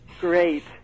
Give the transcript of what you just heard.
Great